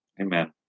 Amen